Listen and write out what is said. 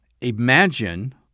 imagine